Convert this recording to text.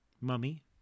Mummy